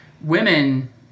women